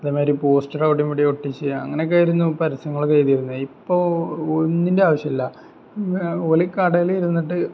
ഇതേമാതിരി പോസ്റ്റർ അവിടെയും ഇവിടെയും ഒട്ടിച്ച് അങ്ങനെ ഒക്കെയായിരുന്നു പരസ്യങ്ങൾ ചെയ്തിരുന്നത് ഇപ്പോൾ ഒന്നിൻ്റെ ആവശ്യമില്ല ഒരു കടയിലിരുന്നിട്ട്